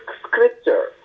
scripture